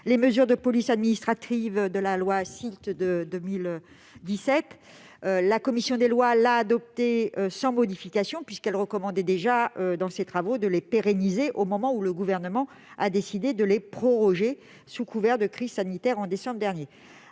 les mesures de police administrative de la loi SILT de 2017. La commission des lois l'a adopté sans modification, puisqu'elle recommandait déjà dans ses travaux de pérenniser ces mesures, au moment où le Gouvernement avait décidé de les proroger, sous couvert de crise sanitaire, en décembre dernier.